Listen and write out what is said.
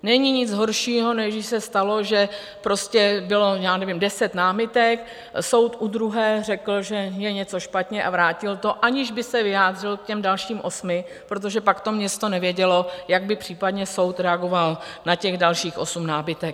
Není nic horšího, než když se stalo, že prostě bylo já nevím deset námitek, soud u druhé řekl, že je něco špatně, a vrátil to, aniž by se vyjádřil k těm dalším osmi, protože pak město nevědělo, jak by případně soud reagoval na dalších osm námitek.